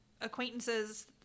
acquaintances